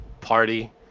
party